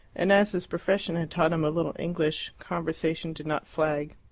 and as his profession had taught him a little english, conversation did not flag.